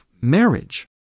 marriage